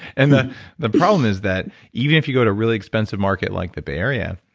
and the the problem is that even if you go to a really expensive market like the bay area,